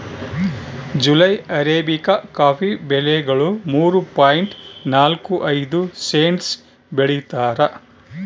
July arabica coffee ಬೆಲೆಗಳು ಮೂರು point ನಾಲ್ಕು ಐದು ಸೆಂಟ್ಸ್ ಬೆಳೀತಾರ